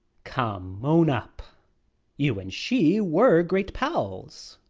come, own up you and she were great pals,